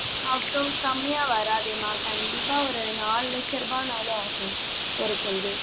அவ்வளோ கம்மியாக வராதேம்மா கண்டிப்பாக ஒரு நாலு லட்சம் ரூபானாலும் ஆகும் ஒரு செண்டு